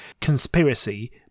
conspiracy